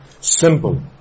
simple